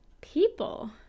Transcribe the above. People